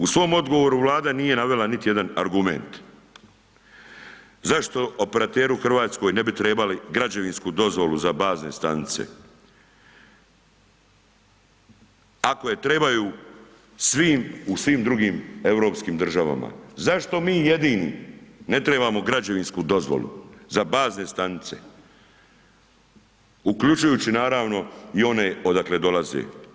U svom odgovoru Vlada nije navela niti jedan argument zašto operateri u Hrvatskoj ne bi trebali građevinsku dozvolu za bazne stanice, ako je trebaju u svim drugim europskim državama, zašto mi jedini ne trebamo građevinsku dozvolu za bazne stanice, uključujući naravno i one odakle dolaze.